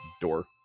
door